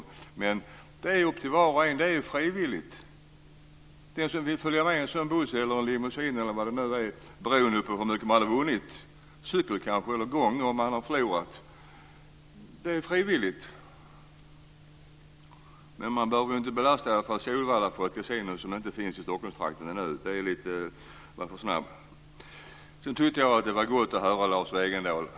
Men det är upp till var och en. Det är frivilligt. Det är frivilligt att följa med en sådan buss, limousine eller vad det nu är fråga om. Det beror på hur mycket som man har vunnit. Om man har förlorat får man kanske åka cykel eller gå. Men man behöver inte belasta Solvalla för ett kasino som ännu inte finns i Stockholmstrakten. Då är man lite för snabb. Jag tyckte att det var gott att höra Lars Wegendal.